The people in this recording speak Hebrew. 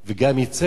בוטה,